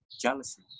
jealousy